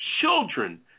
children